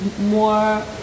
more